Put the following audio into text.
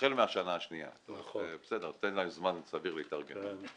החל מהשנה השנייה, תן להם זמן סביר להתארגן.